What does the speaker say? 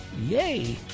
Yay